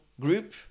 group